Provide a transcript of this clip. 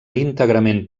íntegrament